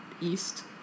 east